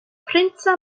princa